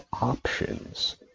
options